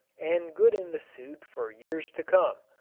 and good in the suit for years to come,